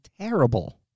terrible